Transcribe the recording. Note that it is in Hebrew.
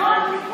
נכון,